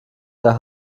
der